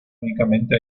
únicamente